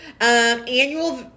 annual